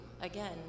Again